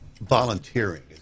Volunteering